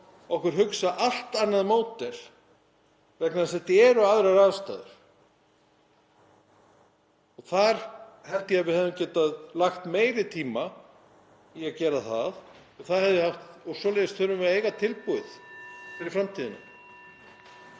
okkur hugsa allt annað módel vegna þess að þetta eru aðrar aðstæður. Ég held að við hefðum getað lagt meiri tíma í að gera það og svoleiðis þurfum við að eiga tilbúið fyrir framtíðina.